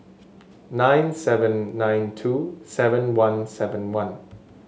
nine seven nine two seven one seven one